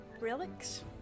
relics